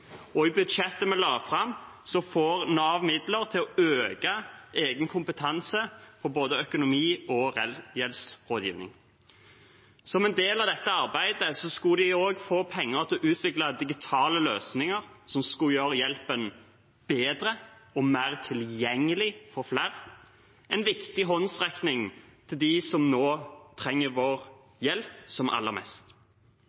I budsjettet vi la fram, får Nav midler til å øke egen kompetanse på både økonomi- og gjeldsrådgivning. Som en del av dette arbeidet skulle de også få penger til å utvikle digitale løsninger som skulle gjøre hjelpen bedre og mer tilgjengelig for flere – en viktig håndsrekning til dem som nå trenger